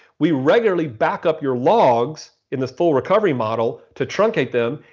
we regularly backup your logs in this full recovery model to truncate them,